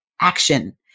action